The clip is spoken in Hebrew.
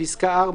בפסקה (4),